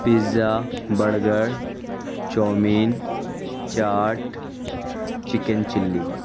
pizza burger chow mein chaat chicken chilli